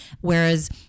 whereas